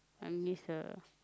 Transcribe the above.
I miss her